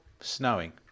snowing